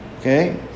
okay